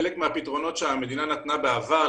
חלק מהפתרונות שהמדינה נתנה בעבר,